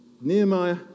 Nehemiah